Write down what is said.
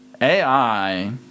AI